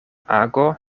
ago